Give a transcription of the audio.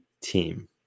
team